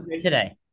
today